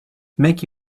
make